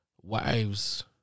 wives